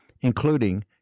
including